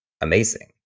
amazing